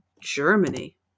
Germany